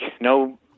no